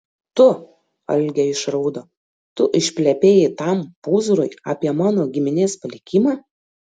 tu algė išraudo tu išplepėjai tam pūzrui apie mano giminės palikimą